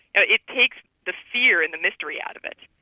ah it takes the fear and the mystery out of it.